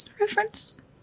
reference